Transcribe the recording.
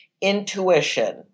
intuition